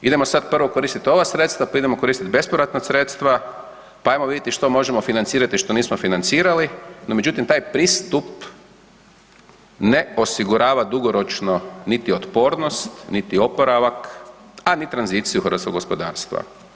Idemo sad prvo koristiti ova sredstva pa idemo koristiti bespovratna sredstva pa ajmo vidjeti što možemo financirati što nismo financirali, no međutim taj pristup ne osigurava dugoročno niti otpornost, niti oporavak, a nit tranziciju hrvatskog gospodarstva.